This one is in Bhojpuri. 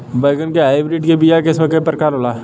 बैगन के हाइब्रिड के बीया किस्म क प्रकार के होला?